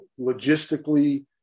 logistically